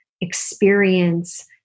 experience